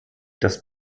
das